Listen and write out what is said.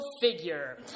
figure